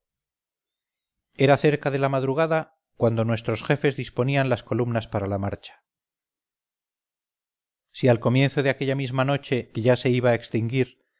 era cerca de la madrugada cuando nuestros jefes disponían las columnas para la marcha si al comienzo de aquella misma noche que ya se iba a extinguir